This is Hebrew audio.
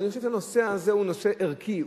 ואני חושב שהנושא הזה הוא נושא ערכי,